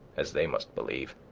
as they must believe